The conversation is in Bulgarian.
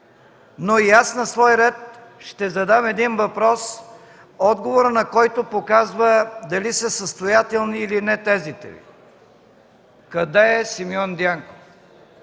И аз на свой ред ще задам един въпрос, отговорът на който показва дали са състоятелни, или не тезите Ви. Къде е Симеон Дянков?